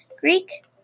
Greek